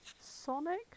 Sonic